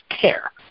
care